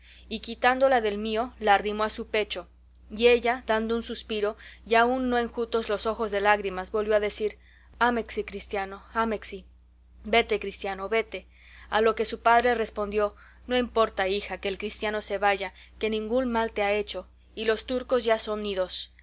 y quitándola del mío la arrimó a su pecho y ella dando un suspiro y aún no enjutos los ojos de lágrimas volvió a decir ámexi cristiano ámexi vete cristiano vete a lo que su padre respondió no importa hija que el cristiano se vaya que ningún mal te ha hecho y los turcos ya son idos